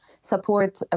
support